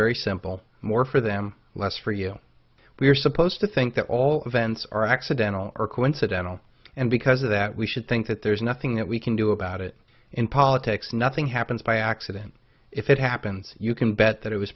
very simple more for them less for you we're supposed to think that all events are accidental or coincidental and because of that we should think that there's nothing that we can do about it in politics nothing happens by accident if it happens you can bet that it was